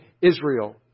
Israel